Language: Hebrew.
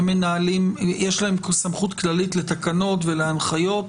יש להם סמכות כללית לתקנות ולהנחיות.